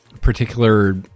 particular